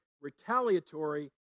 retaliatory